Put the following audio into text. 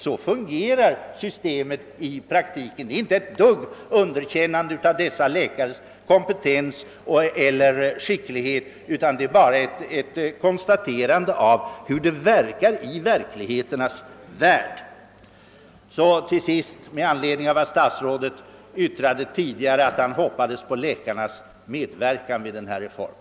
Så fungerar systemet i praktiken och det är inte alls fråga om ett underkännande av dessa läkares kompetens eller skicklighet utan bara ett konstaterande av hur det går till i verklighetens värld. Till sist vill jag säga några ord med anledning av statsrådets yttrande att han hoppades på läkarnas medverkan beträffande denna reform.